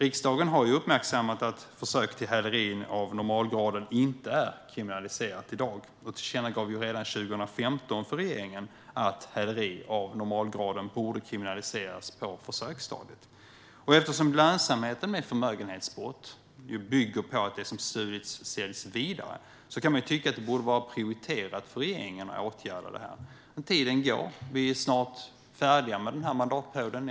Riksdagen har uppmärksammat att försök till häleri av normalgraden inte är kriminaliserat i dag och tillkännagav redan 2015 för regeringen att häleri av normalgraden borde kriminaliseras på försöksstadiet. Eftersom lönsamheten med förmögenhetsbrott bygger på att det som stulits säljs vidare kan man ju tycka att det borde vara prioriterat för regeringen att åtgärda detta. Men tiden går. Vi är snart färdiga med den här mandatperioden.